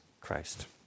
Christ